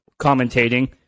commentating